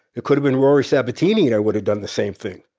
it could have been rory sabatini and i would have done the same thing.